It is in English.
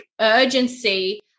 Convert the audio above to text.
urgency